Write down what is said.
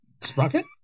Sprocket